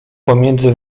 pomiędzy